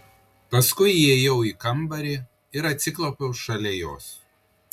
paskui įėjau į kambarį ir atsiklaupiau šalia jos